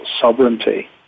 sovereignty